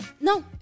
No